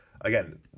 Again